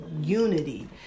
unity